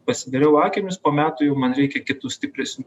pasidariau akinius po metų jau man reikia kitų stipresnių